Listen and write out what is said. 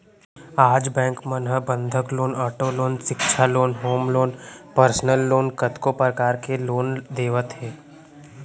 आज बेंक मन ह बंधक लोन, आटो लोन, सिक्छा loan, home loan, personal loan कतको परकार ले लोन देवत हे